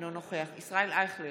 אינו נוכח ישראל אייכלר,